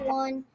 one